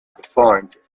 performed